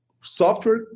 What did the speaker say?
software